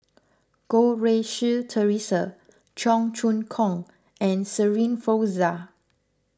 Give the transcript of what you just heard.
Goh Rui Si theresa Cheong Choong Kong and Shirin Fozdar